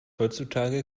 heutzutage